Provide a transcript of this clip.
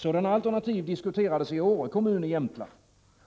Sådana alternativ diskuterades i Åre kommun i Jämtland,